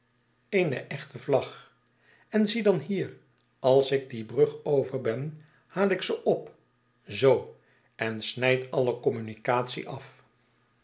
eene echte vlag en zie dan hier als ik die brug over ben haal ik ze op zoo en snijd alle communicatie af